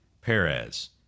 perez